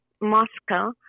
Moscow